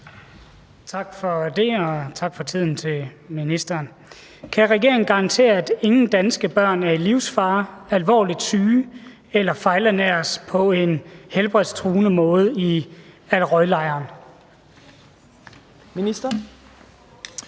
Tak for det, og tak til ministeren for at have tid. Kan regeringen garantere, at ingen danske børn er i livsfare, alvorligt syge eller fejlernæres på en helbredstruende måde i al-Roj-lejren? Kl.